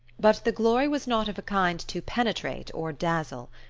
but the glory was not of a kind to penetrate or dazzle.